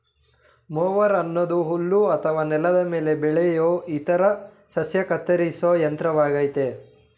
mower ಅನ್ನೋದು ಹುಲ್ಲು ಅಥವಾ ನೆಲದ ಮೇಲೆ ಬೆಳೆಯೋ ಇತರ ಸಸ್ಯನ ಕತ್ತರಿಸೋ ಯಂತ್ರವಾಗಯ್ತೆ